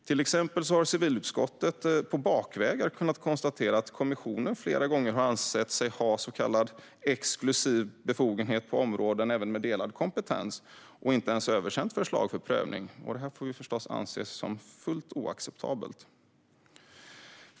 Till exempel har civilutskottet på bakvägar kunnat konstatera att kommissionen flera gånger har ansett sig ha så kallad exklusiv befogenhet på områden med delad kompetens och inte ens översänt något förslag för prövning, vilket naturligtvis är helt oacceptabelt.